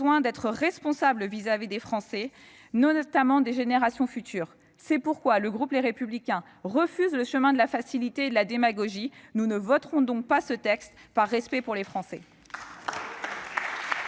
d'être responsables à l'égard des Français, notamment des générations futures. Le groupe Les Républicains refuse le chemin de la facilité et de la démagogie. Nous ne voterons donc pas ce texte, par respect pour les Français.